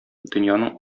дөньяның